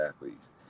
athletes